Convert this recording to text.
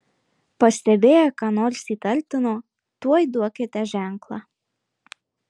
pastebėję ką nors įtartino tuoj duokite ženklą